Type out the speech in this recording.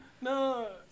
No